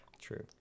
True